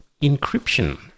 Encryption